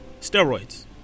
Steroids